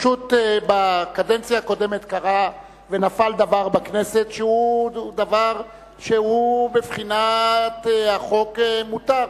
פשוט בקדנציה הקודמת נפל דבר בכנסת שהוא דבר שבבחינת החוק מותר,